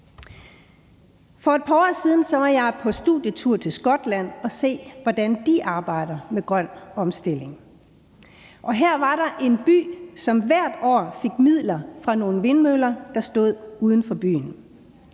For et par år siden var jeg på studietur til Skotland og så, hvordan de arbejder med grøn omstilling, og her var der en by, som hvert år fik midler fra nogle vindmøller, der stod uden for byen.